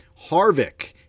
Harvick